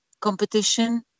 competition